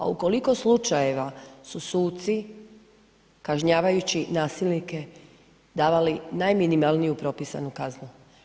A u koliko slučajeva su suci kažnjavajući nasilnike davali najminimalniju propisanu kaznu.